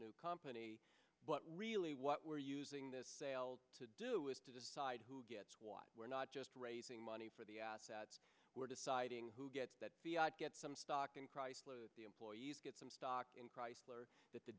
new company but really what we're using this sale to do is to decide who gets what we're not just raising money for the assets we're deciding who gets that get some stock in chrysler the employees get some stock in chrysler that the